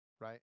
right